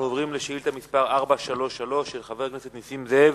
אנחנו עוברים לשאילתא מס' 433 של חבר הכנסת נסים זאב: